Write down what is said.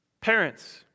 Parents